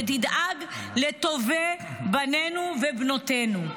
שתדאג לטובי בנינו ובנותינו.